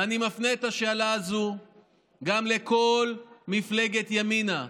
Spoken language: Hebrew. ואני מפנה את השאלה הזו גם לכל מפלגת ימינה,